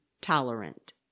tolerant